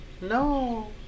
No